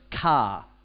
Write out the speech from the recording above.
car